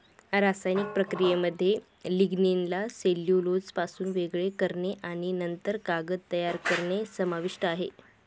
रासायनिक प्रक्रियेमध्ये लिग्निनला सेल्युलोजपासून वेगळे करणे आणि नंतर कागद तयार करणे समाविष्ट आहे